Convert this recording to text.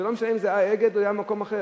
וזה לא משנה אם זה היה "אגד" או היה במקום אחר,